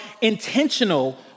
intentional